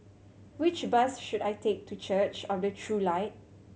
which bus should I take to Church of the True Light